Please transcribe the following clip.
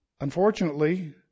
Unfortunately